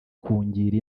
kungira